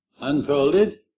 unfolded